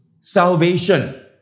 salvation